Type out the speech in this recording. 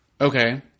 Okay